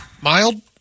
mild